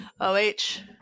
O-H